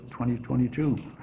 2022